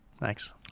Thanks